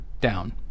down